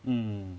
mm mm